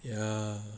ya